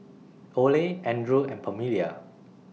Oley Andrew and Pamelia